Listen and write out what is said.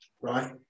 right